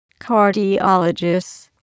Cardiologists